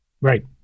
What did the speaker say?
Right